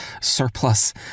surplus